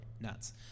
nuts